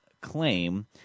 claim